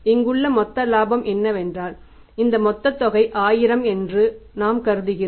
இங்குள்ள மொத்த இலாபம் என்னவென்றால் இந்த தொகை 10000 என்று நாம் கருதுகிறோம்